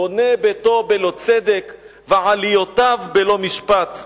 "בונה ביתו בלא צדק ועליותיו בלא משפט".